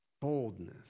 boldness